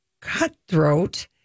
cutthroat